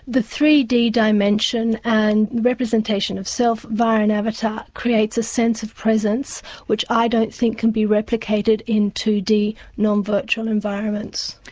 three d dimension and representation of self via an avatar creates a sense of presence which i don't think can be replicated in two d non-virtual environments.